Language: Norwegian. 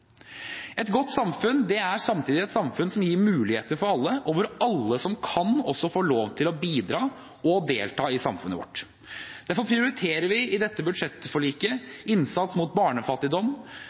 Et godt samfunn er samtidig et samfunn som gir muligheter for alle, og hvor alle som kan, også får lov til å bidra og delta i samfunnet vårt. Derfor prioriterer vi i dette budsjettforliket innsats mot barnefattigdom,